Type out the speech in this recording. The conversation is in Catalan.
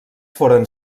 foren